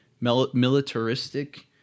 militaristic